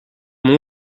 nom